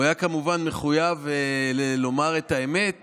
הוא היה כמובן מחויב לומר את האמת,